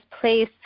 place